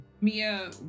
Mia